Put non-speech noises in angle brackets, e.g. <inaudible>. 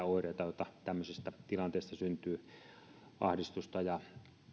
<unintelligible> oireita joita tämmöisistä tilanteista syntyy ahdistusta ja